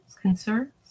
concerns